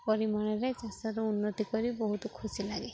ପରିମାଣରେ ଚାଷର ଉନ୍ନତି କରି ବହୁତ ଖୁସି ଲାଗେ